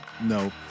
No